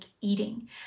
eating